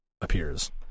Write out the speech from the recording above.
appears